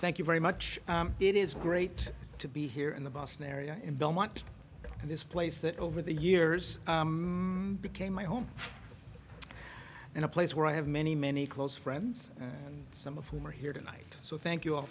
thank you very much it is great to be here in the boston area in belmont and this place that over the years became my home in a place where i have many many close friends some of whom are here tonight so thank you